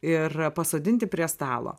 ir pasodinti prie stalo